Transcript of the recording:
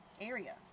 area